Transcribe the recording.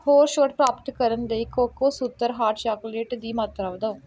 ਹੋਰ ਛੋਟ ਪ੍ਰਾਪਤ ਕਰਨ ਲਈ ਕੋਕੋਸੂਤਰ ਹਾਟ ਚਾਕਲੇਟ ਦੀ ਮਾਤਰਾ ਵਧਾਓ